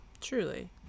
truly